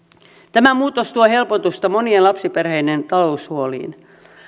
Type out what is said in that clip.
tämä muutos tuo helpotusta monien lapsiperheiden taloushuoliin